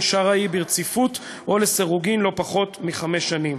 שרעי ברציפות או לסירוגין לא פחות מחמש שנים.